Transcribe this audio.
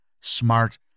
smart